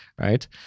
right